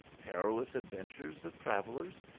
per ilous adventures of travellers,